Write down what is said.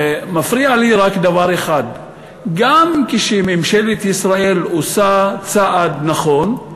מפריע לי רק דבר אחד: גם כשממשלת ישראל עושה צעד נכון,